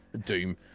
Doom